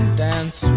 dance